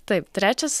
taip trečias